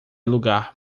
lugar